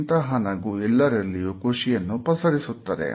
ಇಂತಹ ನಗು ಎಲ್ಲರಲ್ಲಿಯೂ ಖುಷಿಯನ್ನು ಪಸರಿಸುತ್ತದೆ